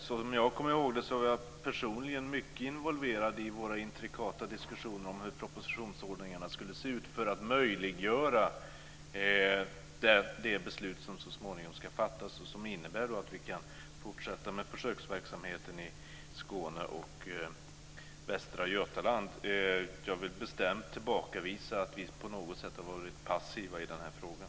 Såsom jag kommer ihåg det var jag personligen mycket involverad i våra intrikata diskussioner om hur propositionsordningarna skulle se ut för att möjliggöra det beslut som så småningom ska fattas och som innebär att vi kan fortsätta med försöksverksamheten i Skåne och Västra Götaland. Jag vill bestämt tillbakavisa att vi på något sätt har varit passiva i den här frågan.